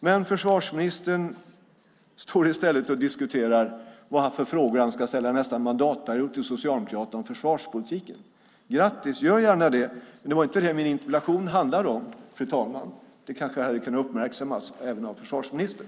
Men försvarsministern diskuterar i stället vilka frågor han ska ställa under nästa mandatperiod till Socialdemokraterna om försvarspolitiken. Grattis, gör gärna det! Det var inte det min interpellation handlade om, fru talman, och det hade kanske kunnat uppmärksammas även av herr försvarsministern.